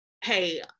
hey